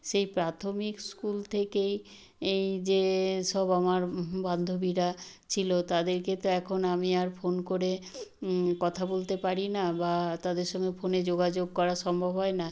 সেই প্রাথমিক স্কুল থেকেই এই যে সব আমার বান্ধবীরা ছিলো তাদেরকে তো এখন আমি আর ফোন করে কথা বলতে পারি না বা তাদের সঙ্গে ফোনে যোগাযোগ করা সম্ভব হয় না